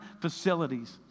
facilities